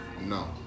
No